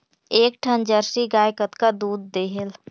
एक ठन जरसी गाय कतका दूध देहेल?